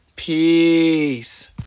Peace